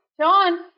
John